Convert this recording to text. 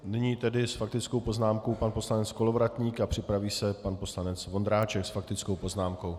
Nyní s faktickou poznámkou pan poslanec Kolovratník a připraví se pan poslanec Vondráček s faktickou poznámkou.